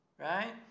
right